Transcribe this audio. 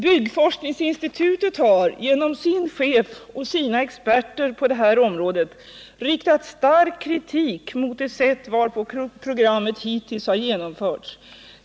Byggforskningsinstitutet har genom sin chef och sina experter på det här området riktat stark kritik mot det sätt varpå programmet hittills har genomförts.